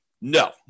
No